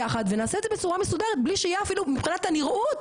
ביחד ונעשה את זה בצורה מסודרת בלי שיהיה אפילו מבחינת הנראות,